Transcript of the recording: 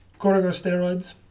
Corticosteroids